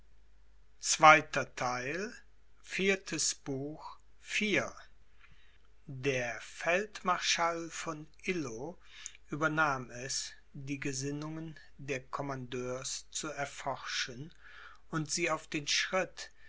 der feldmarschall von illo übernahm es die gesinnungen der commandeurs zu erforschen und sie auf den schritt